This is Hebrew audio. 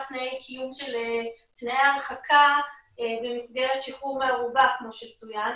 תנאי קיום של תנאי הרחקה במסגרת שחרור בערובה כמו שצוין.